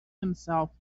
himself